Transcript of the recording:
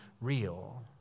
real